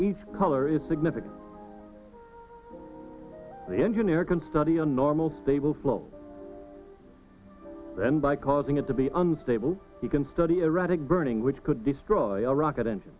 each color is significant the engineer can study a normal stable float and by causing it to be unstable he can study erratic burning which could destroy a rocket